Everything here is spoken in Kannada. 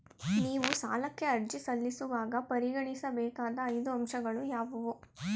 ನೀವು ಸಾಲಕ್ಕೆ ಅರ್ಜಿ ಸಲ್ಲಿಸುವಾಗ ಪರಿಗಣಿಸಬೇಕಾದ ಐದು ಅಂಶಗಳು ಯಾವುವು?